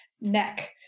neck